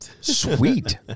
Sweet